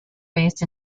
based